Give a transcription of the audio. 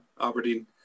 Aberdeen